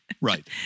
Right